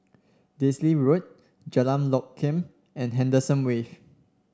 Daisy Road Jalan Lokam and Henderson Wave